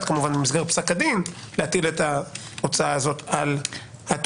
במסגרת פסק הדין להטיל את ההוצאה הזאת על התובע.